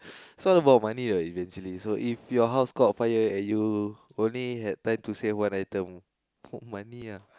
it's all about money what eventually so if your house caught fire and you only had time to save one item money ah